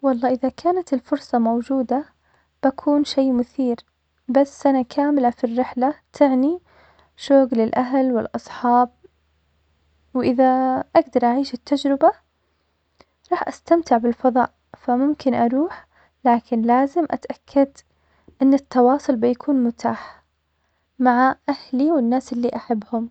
والله إذا كانت الفرصة موجودة, بيكون شي مثير, بس سنة كاملة في الرحلة تعني, شوق للأهل والأصحاب, وإذا بقدر أعيش التجربة, راح أستمتع بالفضاء, فممكن أروح, لكن لازم أتأكد إن التواصل بيكون متاح, مع أهلي والناس اللي أحبهم.